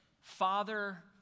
father